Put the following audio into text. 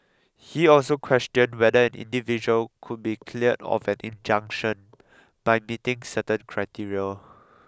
he also questioned whether an individual could be cleared of an injunction by meeting certain criteria